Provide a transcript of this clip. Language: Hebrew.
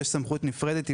יש סמכות נפרדת,